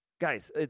guys